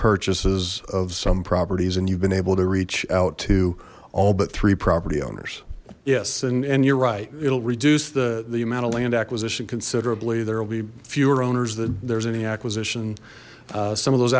purchases of some properties and you've been able to reach out to all but three property owners yes and and you're right it'll reduce the the amount of land acquisition considerably there will be fewer owners that there's any acquisition some of those